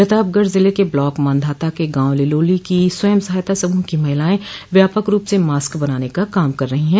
प्रतापगढ़ जिले के ब्लाक मान्धाता के गाँव लिलोली की स्वयं सहायता समूह की महिलायें व्यापक रूप से मास्क बनाने का काम कर रही है